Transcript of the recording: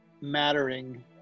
mattering